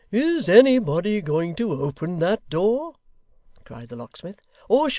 is anybody going to open that door cried the locksmith.